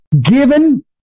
given